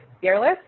fearless